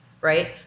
right